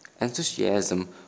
Enthusiasm